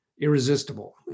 irresistible